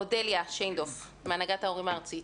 אודליה שינדורף, הנהגת ההורים הארצית.